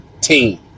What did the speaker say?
team